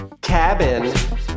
Cabin